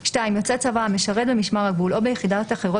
(2) יוצא צבא המשרת במשמר הגבול או ביחידות אחרות